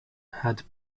had